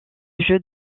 jeux